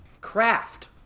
craft